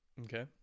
Okay